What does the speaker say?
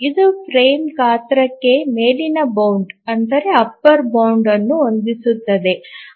ಇದು ಫ್ರೇಮ್ ಗಾತ್ರಕ್ಕೆ ಮೇಲಿನ ಬೌಂಡ್ ಅನ್ನು ಹೊಂದಿಸುತ್ತದೆ